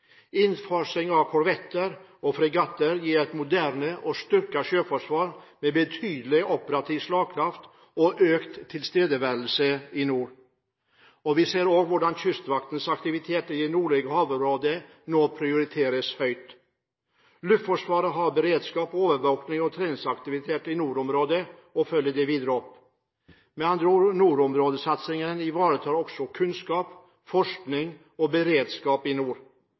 Innfasing av korvetter og fregatter gir et moderne og styrket sjøforsvar med betydelig operativ slagkraft og økt tilstedeværelse i nord. Vi ser også hvordan Kystvaktens aktivitet i det nordlige havområdet nå prioriteres høyt. Luftforsvaret har beredskap, overvåking og treningsaktivitet i nordområdene og følger det videre opp. Med andre ord: Nordområdesatsingen ivaretar også kunnskap, forskning og beredskap i nord.